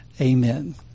amen